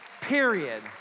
Period